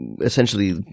essentially